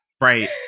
right